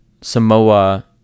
Samoa